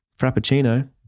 Frappuccino